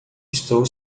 estou